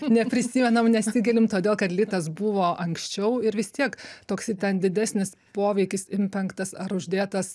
neprisimenam nesigailim todėl kad litas buvo anksčiau ir vis tiek toksai ten didesnis poveikis impenktas ar uždėtas